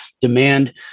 demand